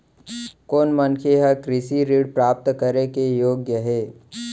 कोन मनखे ह कृषि ऋण प्राप्त करे के योग्य हे?